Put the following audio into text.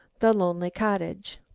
the lonely cottage